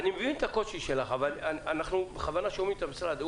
אני מבין את הקושי שלך אבל אנחנו שומעים את המשרד.